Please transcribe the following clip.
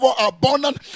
abundant